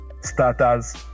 starters